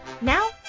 Now